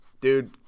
dude